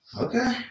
Okay